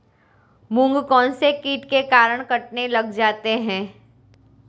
मूंग कौनसे कीट के कारण कटने लग जाते हैं?